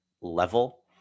level